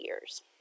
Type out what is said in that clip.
years